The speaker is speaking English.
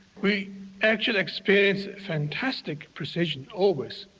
we actually experience fantastic precision, always.